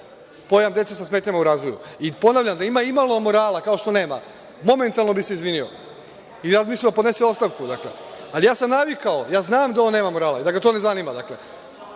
pojam dece sa smetnjama u razvoju. Ponavljam, da ima imalo morala, kao što nema, momentalno bi se izvinio i razmišljao da podnese ostavku, dakle. Ali, ja sam navikao, ja znam da on nema morala i da ga to ne zanima.